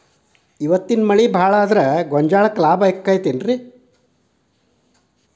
ಇವತ್ತಿನ ಮಳಿ ಭಾಳ ಆದರ ಗೊಂಜಾಳಕ್ಕ ಲಾಭ ಆಕ್ಕೆತಿ ಏನ್?